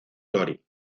tori